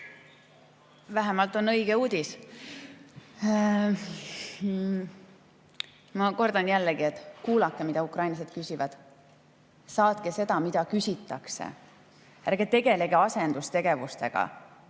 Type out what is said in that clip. Vähemalt on õige uudis. Ma kordan jällegi, et kuulake, mida ukrainlased küsivad. Saatke seda, mida küsitakse. Ärge tegelege asendustegevustega